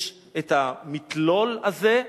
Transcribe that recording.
שם יש המתלול הזה,